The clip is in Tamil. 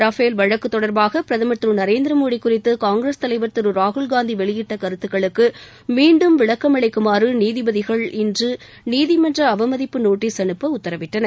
ரஃபேல் வழக்கு தொடர்பாக பிரதமர் திரு நரேந்திரமோடி குறித்து காங்கிரஸ் தலைவர் திரு ராகுல்காந்தி வெளியிட்ட கருத்துக்களுக்கு மீண்டும விளக்கமளிக்குமாறு நீதிபதிகள் இன்று நீதிமன்ற அவமதிப்பு நோட்டீஸ் அனுப்ப உத்தரவிட்டனர்